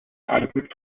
adequate